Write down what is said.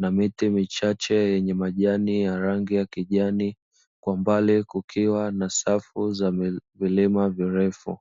na miti michache yenye majani ya rangi ya kijani, kwa mbali kukiwa na safu za milima mirefu.